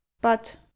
But